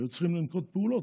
היו צריכים לנקוט פעולות.